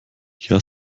hier